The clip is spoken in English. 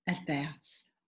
advance